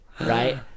right